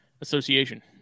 Association